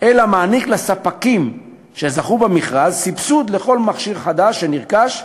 אלא מעניק לספקים שזכו במכרז סבסוד לכל מכשיר חדש שנרכש,